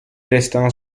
restano